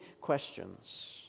questions